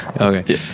Okay